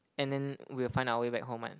and then we'll find our way back home one